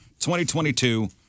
2022